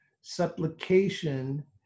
Supplication